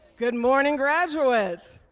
good morning, graduates.